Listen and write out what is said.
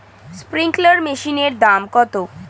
Sprinkler মেশিনের দাম কত?